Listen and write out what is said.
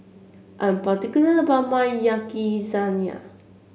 I'm particular about my Yakizakana